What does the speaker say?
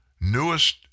newest